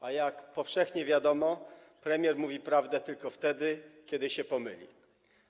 A jak powszechnie wiadomo, premier mówi prawdę tylko wtedy, kiedy się pomyli.